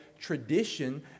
tradition